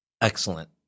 excellent